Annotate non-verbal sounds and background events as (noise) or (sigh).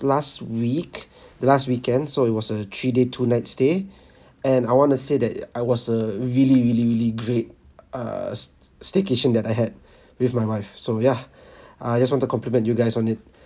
last week (breath) last weekend so it was a three day two night stay (breath) and I want to say that I was a really really really great err st~ staycation that I had (breath) with my wife so ya (breath) I just want to compliment you guys on it